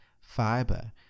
fiber